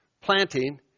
planting